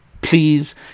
please